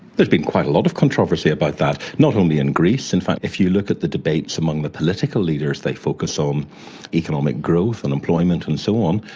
there's been quite a lot of controversy about that, not only in greece. in fact if you look at the debates among the political leaders, they focus on um economic growth and employment and so on,